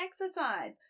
exercise